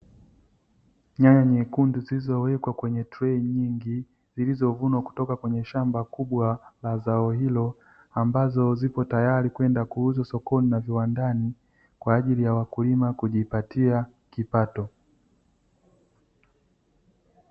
Nyanya nyekundu zilizowekwa kwenye trey nyingi, zilizovunwa kutoka kwenye shamba kubwa la zao hilo ambazo ziko tayari kwenda kuuza sokoni na viwandani kwa ajili ya wakulima kujipatia kipato.